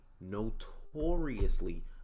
notoriously